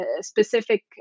specific